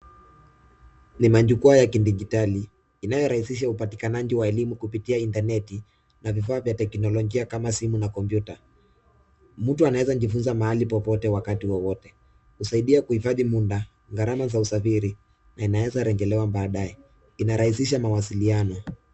Ni majukwaa ya kidijitali inayorahisha upatikanaji wa elimu kupitia internet na vifaa vya teknolojia kama simu na kompyuta. Mtu anaweza kujifunza mahali popote wakati wowote. Husaidia kuhifadhi mda, gharama za usafiri na inaweza rejelewa baadaye. Inarahisisha mawasiliano.